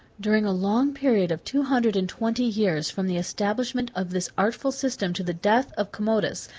during a long period of two hundred and twenty years from the establishment of this artful system to the death of commodus,